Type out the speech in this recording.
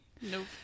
Nope